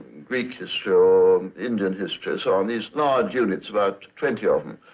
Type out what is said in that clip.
greek history or ah um indian history, um these large units, about twenty of them.